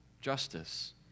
justice